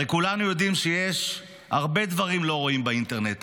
הרי כולנו יודעים שיש הרבה דברים לא ראויים באינטרנט,